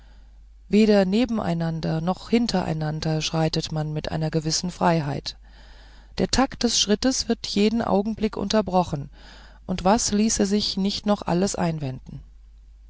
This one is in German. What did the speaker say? weder nebeneinander noch hintereinander schreitet man mit einer gewissen freiheit der takt des schrittes wird jeden augenblick unterbrochen und was ließe sich nicht noch alles einwenden